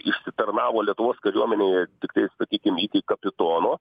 išsitarnavo lietuvos kariuomenėje tiktai sakykim iki kapitono